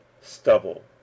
stubble